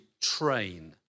train